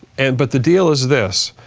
and but the deal is this,